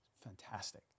Fantastic